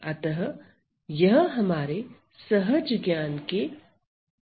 अतः यह हमारे सहज ज्ञान के प्रतिकूल है